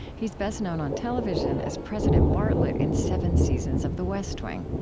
he's best known on television as president bartlet in seven seasons of the west wing.